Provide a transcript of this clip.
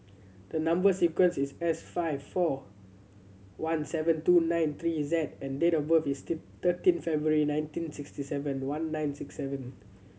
the number sequence is S five four one seven two nine three Z and date of birth is thirteen February nineteen sixty seven one nine six seven